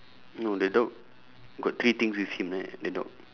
no the dog got three things with him right the dog